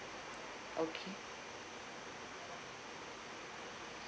okay